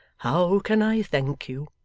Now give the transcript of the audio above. how can i thank you